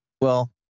well-